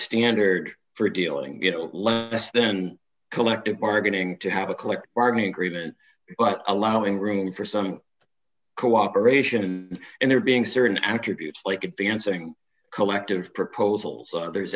standard for dealing get lower then collective bargaining to have a collective bargaining agreement but allowing room for some cooperation and there being certain attributes like advancing collective proposals are there's